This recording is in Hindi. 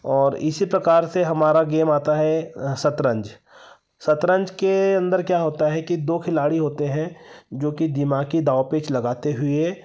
और इसी प्रकार से हमारा गेम आता है शतरंज शतरंज के अंदर क्या होता है कि दो खिलाड़ी होते हैं जो कि दिमागी दाँव पेंच लगाते हुए